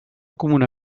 comuna